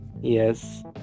Yes